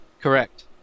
Correct